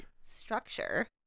structure